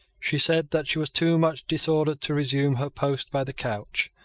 she said that she was too much disordered to resume her post by the couch,